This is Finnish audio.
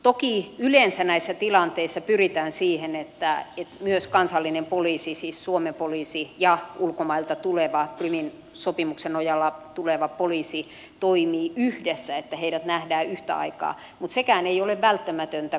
toki yleensä näissä tilanteissa pyritään siihen että kansallinen poliisi siis suomen poliisi ja ulkomailta tuleva prumin sopimuksen nojalla tuleva poliisi toimivat yhdessä että heidät nähdään yhtä aikaa mutta sekään ei ole välttämätöntä